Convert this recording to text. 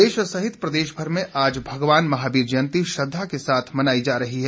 जयंती देश सहित प्रदेश भर में आज भगवान महावीर जयंती श्रद्धा के साथ मनाई जा रही है